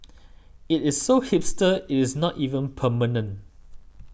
it is so hipster it is not even permanent